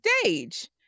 stage